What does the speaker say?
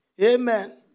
Amen